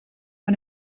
man